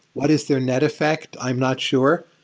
what is their net effect? i'm not sure.